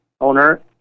owner